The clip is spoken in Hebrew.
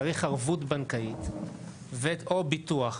צריך ערבות בנקאית או ביטוח,